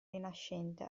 rinascente